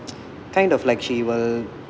kind of like she will